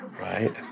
right